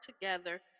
together